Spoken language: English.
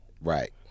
Right